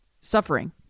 suffering